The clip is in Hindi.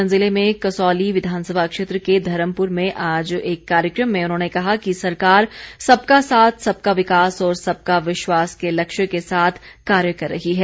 सोलन ज़िले में कसौली विधानसमा क्षेत्र के धर्मपुर में आज एक कार्यक्रम में उन्होंने कहा कि सरकार सबका साथ सबका विकास और सबका विश्वास के लक्ष्य के साथ कार्य कर रही है